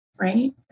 right